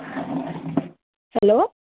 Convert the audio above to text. hello